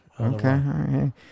Okay